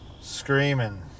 Screaming